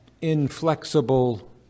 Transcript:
inflexible